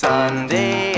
Sunday